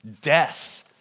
death